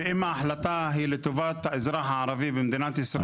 שאם ההחלטה היא לטובת האזרח הערבי במדינת ישראל,